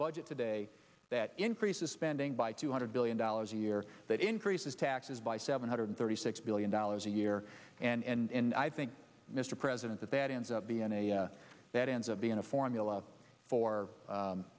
budget today that increases spending by two hundred billion dollars a year that increases taxes by seven hundred thirty six billion dollars a year and i think mr president that that ends up being a that ends up being a formula for